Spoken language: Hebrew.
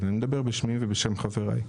האפשרות שלי היא: